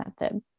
method